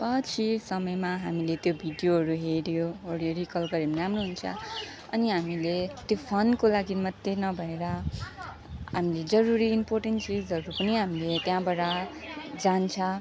पछि समयमा हामीले त्यो भिडियोहरू हेर्योवर्यो रिकल गर्यो भने राम्रो हुन्छ अनि हामीले त्यो फनको लागि मात्रै नभएर हामीले जरुरी इम्पोर्टेन्ट चिजहरू पनि हामीले त्यहाँबाट जान्छ